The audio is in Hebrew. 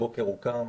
הבוקר הוא קם